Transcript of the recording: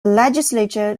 legislature